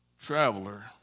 traveler